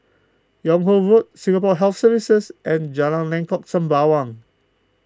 Yung Ho Road Singapore Health Services and Jalan Lengkok Sembawang